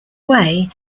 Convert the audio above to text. way